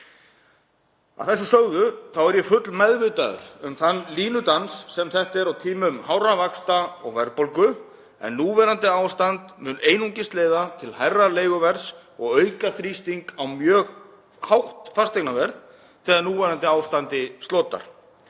Að þessu sögðu er ég fullmeðvitaður um þann línudans sem þetta er á tímum hárra vaxta og verðbólgu en núverandi ástand mun einungis leiða til hærra leiguverðs og auka þrýsting á mjög hátt fasteignaverð þegar núverandi ástandi slotar.